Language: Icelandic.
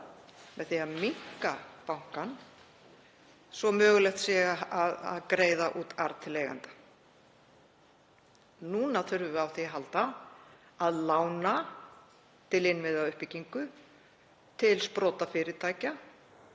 með því að minnka bankann svo mögulegt sé að greiða út arð til eigenda. Núna þurfum við á því að halda að lána til innviðauppbyggingar til sprotafyrirtækja,